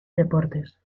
deportes